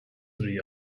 three